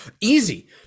easy